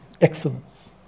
excellence